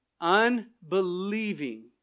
Unbelieving